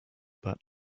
that